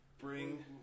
bring